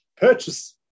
purchase